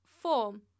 Form